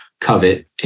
covet